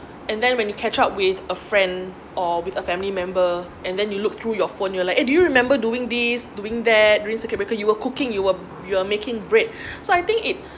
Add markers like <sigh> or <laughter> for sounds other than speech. and then when you catch up with a friend or with a family member and then you look through your phone you will like eh do you remember doing this doing that during circuit breaker you were cooking you were you were making bread <breath> so I think it